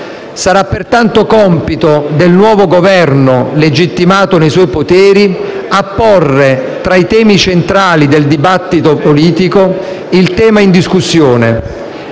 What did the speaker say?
Sarà, pertanto, compito del nuovo Governo, legittimato nei suoi poteri, a porre tra i temi centrali del dibattito politico il tema in discussione